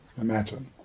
Imagine